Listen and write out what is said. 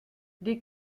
des